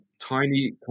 tiny